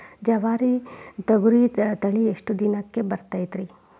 ಜವಾರಿ ತೊಗರಿ ತಳಿ ಎಷ್ಟ ದಿನಕ್ಕ ಬರತೈತ್ರಿ?